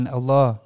Allah